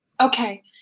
Okay